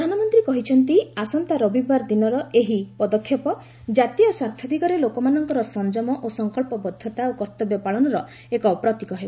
ପ୍ରଧାନମନ୍ତ୍ରୀ କହିଛନ୍ତି ଆସନ୍ତା ରବିବାର ଦିନର ଏହି ପଦକ୍ଷେପ ଜାତୀୟ ସ୍ୱାର୍ଥ ଦିଗରେ ଲୋକମାନଙ୍କର ସଂଯମ ସଂକଳ୍ପବଦ୍ଧତା ଓ କର୍ତ୍ତବ୍ୟ ପାଳନର ଏକ ପ୍ରତୀକ ହେବ